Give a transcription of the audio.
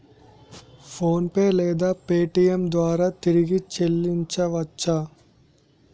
PhonePe లేదా Paytm ద్వారా తిరిగి చల్లించవచ్చ?